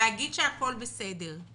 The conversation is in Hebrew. ולהגיד שהכל בסדר.